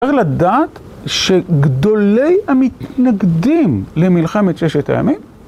אפשר לדעת שגדולי המתנגדים למלחמת ששת הימים